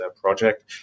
project